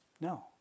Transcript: No